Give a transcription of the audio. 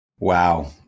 Wow